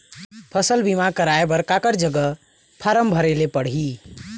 फसल बीमा कराए बर काकर जग फारम भरेले पड़ही?